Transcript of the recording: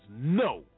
no